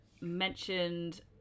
mentioned